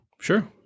Sure